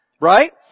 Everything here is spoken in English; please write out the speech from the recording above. Right